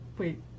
Wait